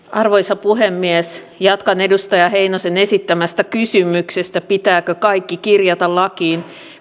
arvoisa puhemies jatkan edustaja heinosen esittämästä kysymyksestä pitääkö kaikki kirjata lakiin